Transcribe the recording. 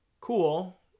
Cool